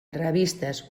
revistes